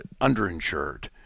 underinsured